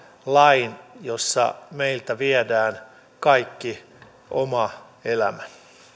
lain jossa meiltä viedään kaikki oma elämä